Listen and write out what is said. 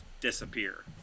disappear